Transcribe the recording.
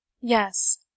Yes